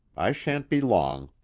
i shan't be long.